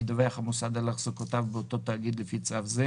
ידווח המוסד על החזקותיו באותו תאגיד לפי צו זה,